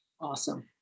Awesome